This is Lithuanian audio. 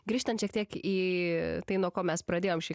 grįžtant šiek tiek į tai nuo ko mes pradėjom šį